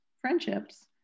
friendships